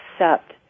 accept